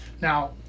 Now